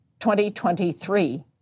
2023